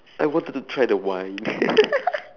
I wanted to try the wine